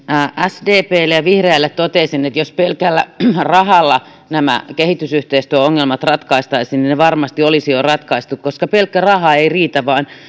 sdplle ja vihreille toteaisin että jos pelkällä rahalla nämä kehitysyhteistyöongelmat ratkaistaisiin niin ne varmasti olisi jo ratkaistu koska pelkkä raha ei riitä vaan